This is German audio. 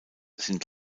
sind